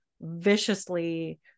viciously